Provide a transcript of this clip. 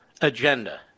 agenda